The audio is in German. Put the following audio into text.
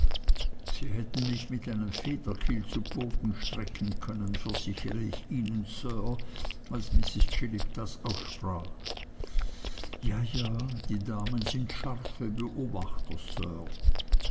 sie hätten mich mit einem federkiel zu boden strecken können versichere ich ihnen sir als mrs chillip das aussprach ja ja die damen sind scharfe beobachter